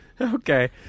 Okay